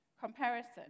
Comparison